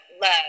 love